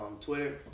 Twitter